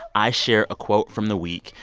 i share a quote from the week.